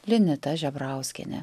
linita žebrauskienė